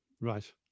Right